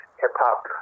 hip-hop